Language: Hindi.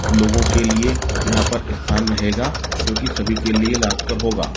लोगों के लिए यहाँ पर स्थान रहेगा जो कि सभी के लिए लाभकर होगा